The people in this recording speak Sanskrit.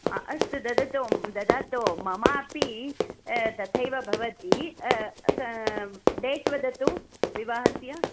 हा अस्तु ददतु ददातु ममापि तथैव भवती डेट् वदतु विवाहस्य